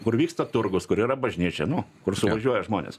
kur vyksta turgus kur yra bažnyčia nu kur suvažiuoja žmonės